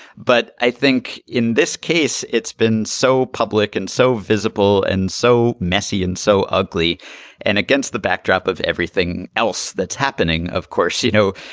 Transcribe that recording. but i think in this case, it's been so public and so visible and so messy and so ugly and against the backdrop of everything else that's happening. of course, you know,